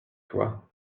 toi